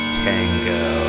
tango